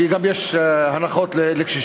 כי גם יש הנחות לקשישים.